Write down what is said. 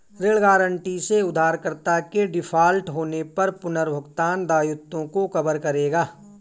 ऋण गारंटी से उधारकर्ता के डिफ़ॉल्ट होने पर पुनर्भुगतान दायित्वों को कवर करेगा